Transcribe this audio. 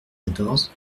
quatorze